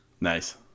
Nice